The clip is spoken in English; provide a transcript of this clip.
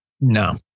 No